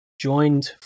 joined